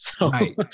right